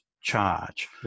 charge